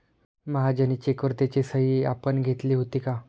महाजनी चेकवर त्याची सही आपण घेतली होती का?